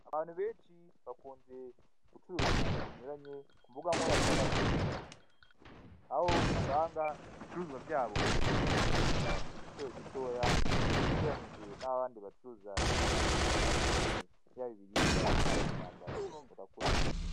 Abantu benshi bakunze gucuruza ibintu binyuranye ku mbuga nkoranyambaga. Aho usanga ibicuruzwa byabo bicuruzwa ku giciro gitoya ugereranyije n'abandi bacuruza ibindi bintu bitandukanye, byaba ibiribwa cyangwa imyambaro murakoze.